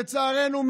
לצערנו,